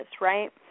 right